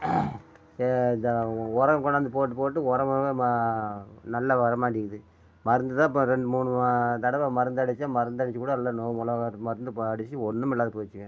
இந்த உரம் கொண்ணாந்து போட்டு போட்டு உரம் எல்லாம் ம நல்ல வர மாட்டேங்கிது மருந்து தான் இப்போ ரெண்டு மூணு தடவை மருந்து அடித்தேன் மருந்தடிச்சு கூட எல்லா நோவு மிளவா மருந்து இப்போ அடித்து ஒன்னுமில்லாத போச்சிங்க